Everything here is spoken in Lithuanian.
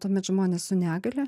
tuomet žmonės su negalia